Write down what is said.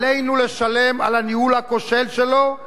עלינו לשלם על הניהול הכושל שלו.